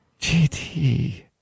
GT